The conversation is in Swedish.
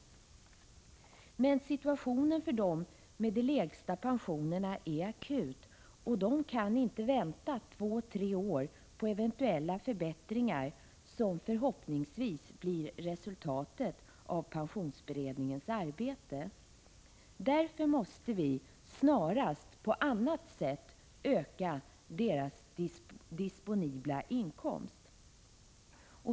Men situationen för dem med de lägsta pensionerna är akut, och de kan inte vänta två tre år på eventuella förbättringar, som förhoppningsvis blir resultatet av pensionsberedningens arbete. Därför måste vi snarast på annat sätt öka deras disponibla inkomst.